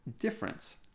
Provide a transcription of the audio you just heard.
difference